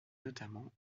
notamment